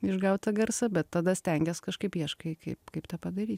išgaut tą garsą bet tada stengies kažkaip ieškai kaip kaip tą padaryti